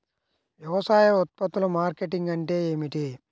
వ్యవసాయ ఉత్పత్తుల మార్కెటింగ్ అంటే ఏమిటి?